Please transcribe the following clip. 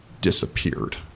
disappeared